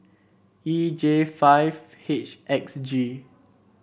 E J five H X G